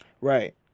Right